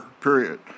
period